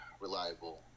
reliable